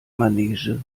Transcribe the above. manege